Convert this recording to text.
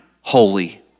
holy